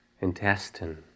intestine